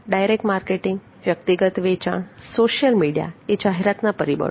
direct marketing વ્યક્તિગત વેચાણ social media એ જાહેરાતના પરિબળો છે